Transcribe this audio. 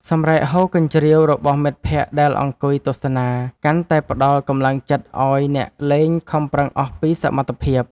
សម្រែកហ៊ោរកញ្ជ្រៀវរបស់មិត្តភក្តិដែលអង្គុយទស្សនា កាន់តែផ្ដល់កម្លាំងចិត្តឱ្យអ្នកលេងខំប្រឹងអស់ពីសមត្ថភាព។